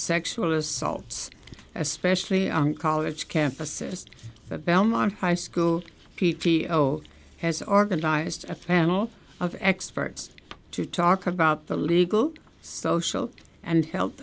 sexual assaults especially on college campuses the belmont high school p t o has organized a panel of experts to talk about the legal social and health